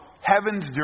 heaven's